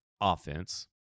Offense